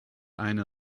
eine